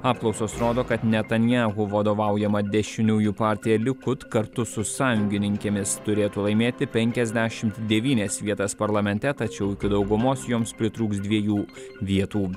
apklausos rodo kad netanyahu vadovaujama dešiniųjų partija likud kartu su sąjungininkėmis turėtų laimėti penkiasdešimt devynias vietas parlamente tačiau iki daugumos joms pritrūks dviejų vietų